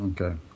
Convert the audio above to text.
okay